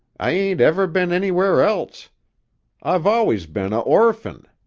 i ain't ever been anywhere else i've always been a orphin.